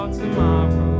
tomorrow